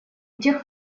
тех